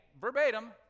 verbatim